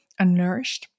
unnourished